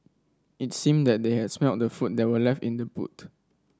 it seemed that they had smelt the food that were left in the boot